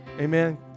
Amen